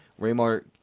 Raymar